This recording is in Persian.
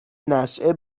نشئه